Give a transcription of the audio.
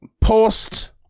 post